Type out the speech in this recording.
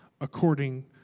according